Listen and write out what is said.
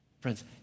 Friends